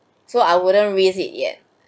so I wouldn't raise it yet